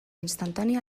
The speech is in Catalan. instantània